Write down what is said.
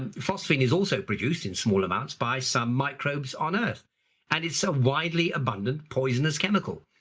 ah phosphine is also produced in small amounts by some microbes on earth and it's a widely abundant poisonous chemical.